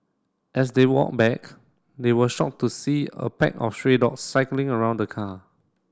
as they walked back they were shocked to see a pack of stray dog cycling around the car